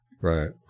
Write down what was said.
Right